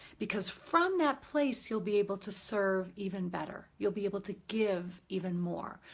because from that place you'll be able to serve even better, you'll be able to give even more.